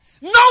No